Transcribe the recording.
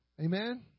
amen